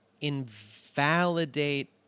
invalidate